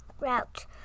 route